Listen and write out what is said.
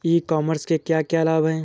ई commerce के क्या क्या लाभ हैं?